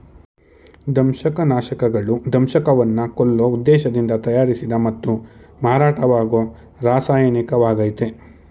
ದಂಶಕನಾಶಕಗಳು ದಂಶಕವನ್ನ ಕೊಲ್ಲೋ ಉದ್ದೇಶ್ದಿಂದ ತಯಾರಿಸಿದ ಮತ್ತು ಮಾರಾಟವಾಗೋ ರಾಸಾಯನಿಕವಾಗಯ್ತೆ